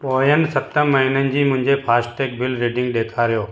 पोइयनि सत महीननि जी मुंहिंजे फास्टैग बिल रीडिंग ॾेखारियो